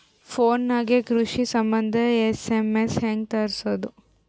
Phone ನಾಗೆ ಕೃಷಿ ಸಂಬಂಧ ಎಸ್.ಎಮ್.ಎಸ್ ಹೆಂಗ ತರಸೊದ?